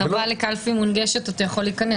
אתה בא לקלפי מונגשת ואתה יכול להיכנס.